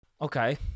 Okay